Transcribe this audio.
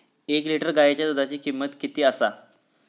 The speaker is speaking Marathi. एक लिटर गायीच्या दुधाची किमंत किती आसा?